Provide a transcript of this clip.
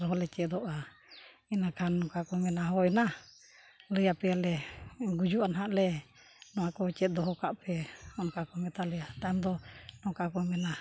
ᱟᱨᱦᱚᱸ ᱞᱮ ᱪᱮᱫᱚᱜᱼᱟ ᱤᱱᱟᱹ ᱠᱷᱟᱱ ᱱᱚᱝᱠᱟ ᱠᱚ ᱢᱮᱱᱟ ᱦᱳᱭ ᱱᱟ ᱞᱟᱹᱭᱟᱯᱮᱭ ᱟᱞᱮ ᱜᱩᱡᱩᱜᱼᱟ ᱱᱟᱦᱟᱜ ᱞᱮ ᱱᱚᱣᱟ ᱠᱚ ᱪᱮᱫ ᱫᱚᱦᱚ ᱠᱟᱜ ᱯᱮ ᱚᱱᱠᱟ ᱠᱚ ᱢᱮᱛᱟᱞᱮᱭᱟ ᱛᱟᱭᱚᱢ ᱫᱚ ᱱᱚᱝᱠᱟ ᱠᱚ ᱢᱮᱱᱟ